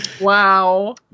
Wow